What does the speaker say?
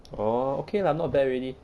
oh okay lah not bad already